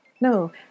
No